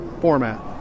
format